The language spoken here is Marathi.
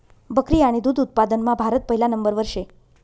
बकरी आणि दुध उत्पादनमा भारत पहिला नंबरवर शे